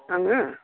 आङो